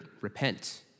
repent